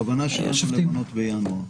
הכוונה שלנו למנות בינואר.